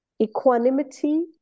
equanimity